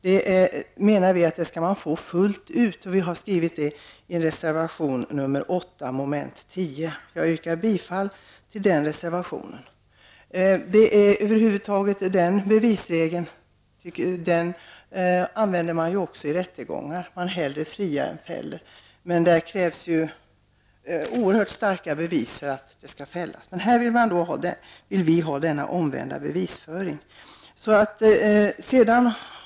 Det menar vi att man skall få fullt ut. Det har vi skrivit i reservation Den omvända bevisregeln använder man ju också vid rättegångar att man hellre friar än fäller. Men där krävs ju oerhört starka bevis för att fälla. Här vill vi ha den omvända bevisföringen.